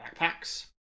backpacks